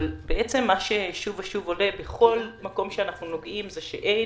אבל מה ששוב ושוב עולה בכל מקום שאנחנו נוגעים הוא שאין